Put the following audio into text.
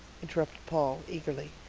interrupted paul eagerly.